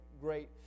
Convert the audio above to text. great